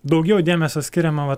daugiau dėmesio skiriama va